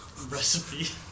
Recipe